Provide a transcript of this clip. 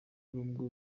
n’ubwo